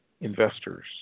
investors